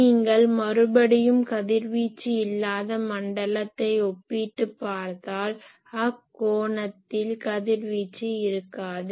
நீங்கள் மறுபடியும் கதிர்வீச்சு இல்லாத மண்டலத்தை ஒப்பிட்டு பார்த்தால் அக்கோணத்தில் கதிர்வீச்சு இருக்காது